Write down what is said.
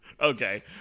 Okay